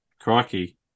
crikey